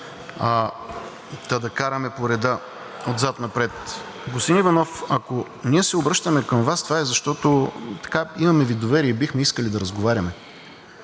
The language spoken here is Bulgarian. Та, да караме по реда – отзад напред. Господин Иванов, ако ние се обръщаме към Вас, това е, защото Ви имаме доверие и бихме искали да разговаряме.